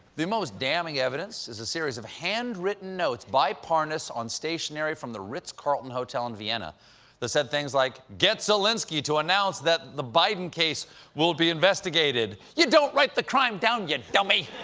the most damning evidence is a series of handwritten notes by parnas on stationery from the ritz-carlton hotel in vienna that said things like, get zelensky to announce that the biden case will be investigated. you don't write the crime down, you dummy!